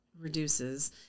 reduces